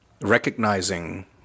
recognizing